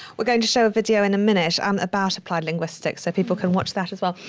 we're going to show a video in a minute um about applied linguistics. so people can watch that as well.